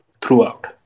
throughout